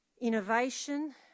innovation